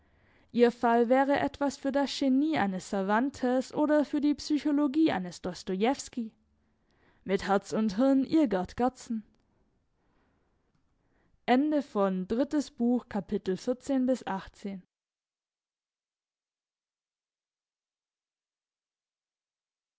ihr fall wäre etwas für das genie eines cervantes oder für die psychologie eines dostojewsky mit herz und hirn ihr g gerdsen